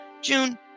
June